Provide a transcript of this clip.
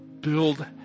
build